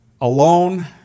alone